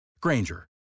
Granger